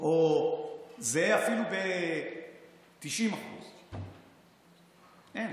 או זהה אפילו ב-90% אין.